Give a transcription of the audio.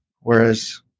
Whereas